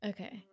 Okay